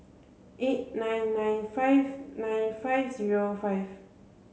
eight nine nine five nine five zero five